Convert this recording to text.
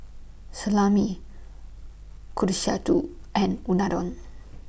Salami Kushikatsu and Unadon